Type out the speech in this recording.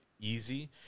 easy